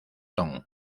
tom